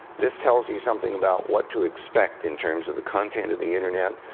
this tells you something about what to expect in terms of the content of the internet.